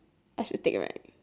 I still think right